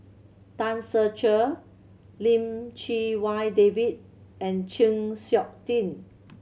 Tan Ser Cher Lim Chee Wai David and Chng Seok Tin